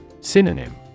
Synonym